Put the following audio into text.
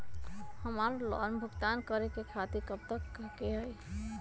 हमार लोन भुगतान करे के तारीख कब तक के हई?